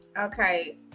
okay